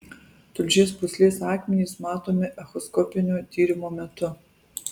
tulžies pūslės akmenys matomi echoskopinio tyrimo metu